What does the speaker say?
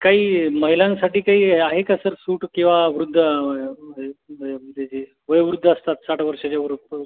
काही महिलांसाठी काही आहे का सर सूट किंवा वृद्ध वय वय हे हे वयोवृद्ध असतात साठ वर्षाच्या वरती